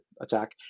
attack